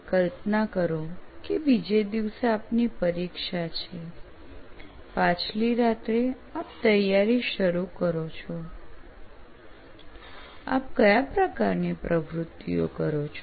કલ્પના કરો કે બીજા દિવસે આપની પરીક્ષા છે પાછલી રાત્રે આપ તૈયારી શરૂ છો આપ કયા પ્રકારની પ્રવૃત્તિઓ કરો છો